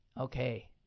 Okay